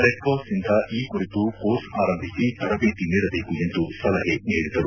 red Cross ನಿಂದ ಈ ಕುರಿತು ಕೋರ್ಸ್ ಆರಂಭಿಸಿ ತರಬೇತಿ ನೀಡಬೇಕು ಎಂದು ಸಲಹೆ ನೀಡಿದರು